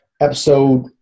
episode